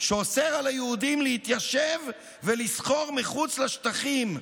שאוסר על היהודים להתיישב ולסחור מחוץ לשטחים,